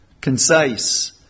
concise